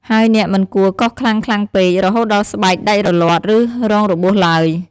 ហើយអ្នកមិនគួរកោសខ្លាំងៗពេក រហូតដល់ស្បែកដាច់រលាត់ ឬរងរបួសឡើយ។